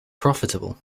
profitable